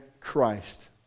Christ